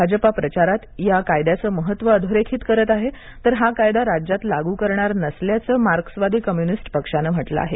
भाजपा प्रचारात या कायद्याचं महत्त्व अधोरेखित करत आहे तर हा कायदा राज्यात लागू करणार नसल्याचं मार्क्सवादी कम्यूनिस्ट पक्षानं म्हटलं आहे